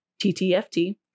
TTFT